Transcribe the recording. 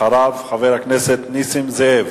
אחריו, חבר הכנסת נסים זאב.